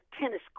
tennis